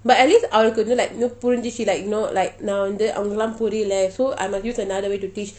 but at least அவளுக்கு வந்து:avalukku vanthu like you know நான் வந்து:naan vanthu she like know like புரியலை:puriyalei so I must use another way to teach